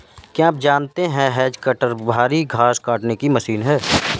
क्या आप जानते है हैज कटर भारी घांस काटने की मशीन है